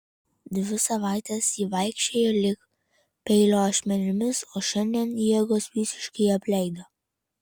dvi savaites ji vaikščiojo lyg peilio ašmenimis o šiandien jėgos visiškai apleido